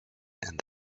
and